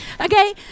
Okay